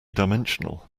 dimensional